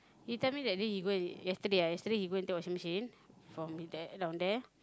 he tell me that day he go and yesterday ah yesterday he go and take washing machine from there from down there